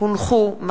התשע"א 2011,